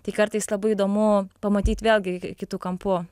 tai kartais labai įdomu pamatyt vėlgi kitu kampu